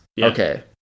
Okay